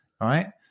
right